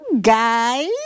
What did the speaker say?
guys